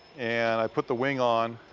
and i put the wing on,